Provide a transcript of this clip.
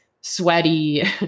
sweaty